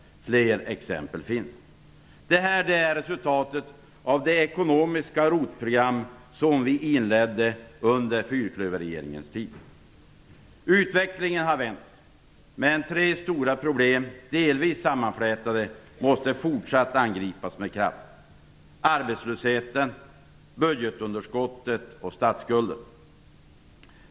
Fler exempel finns. Det är resultatet av det ekonomiska "ROT-program" som vi inledde under fyrklöverregeringens tid. Utvecklingen har vänts, men tre stora problem - delvis sammanflätade - måste fortsatt angripas med kraft: arbetslösheten, budgetunderskottet och statsskulden.